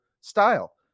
style